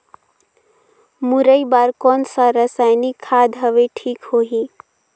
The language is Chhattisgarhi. मुरई बार कोन सा रसायनिक खाद हवे ठीक होही?